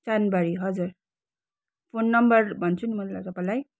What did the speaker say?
हजुर phone number भन्छु नि म तपाईँलाई